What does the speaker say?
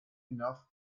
enough